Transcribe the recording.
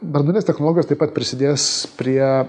bendrovės technologijos taip pat prisidės prie